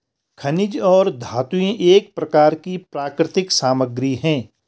खनिज और धातुएं एक प्रकार की प्राकृतिक सामग्री हैं